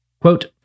Quote